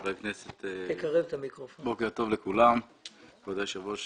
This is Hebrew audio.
כבוד היושב ראש,